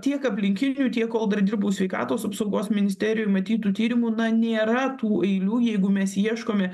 tiek aplinkinių tiek kol dar dirbau sveikatos apsaugos ministerijoj ir matytų tyrimų na nėra tų eilių jeigu mes ieškome